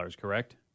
correct